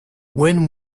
when